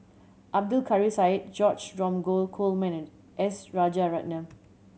Abdul Kadir Syed George Dromgold Coleman and S Rajaratnam